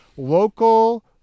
local